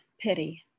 pity